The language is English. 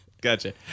gotcha